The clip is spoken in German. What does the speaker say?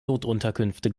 notunterkünfte